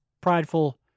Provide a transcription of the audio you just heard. prideful